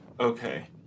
Okay